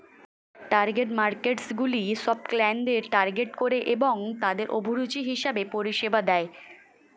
target মার্কেটসগুলি সব ক্লায়েন্টদের টার্গেট করে এবং তাদের অভিরুচি হিসেবে পরিষেবা দেয়